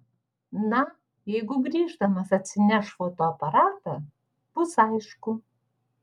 na jeigu grįždamas atsineš fotoaparatą bus aišku